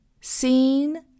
SEEN